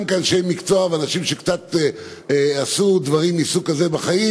גם כאנשי מקצוע ואנשים שקצת עשו דברים מסוג כזה בחיים,